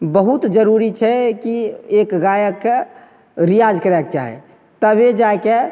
बहुत जरूरी छै कि एक गायकके रिआज करैके चाही तभी जाके